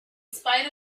spite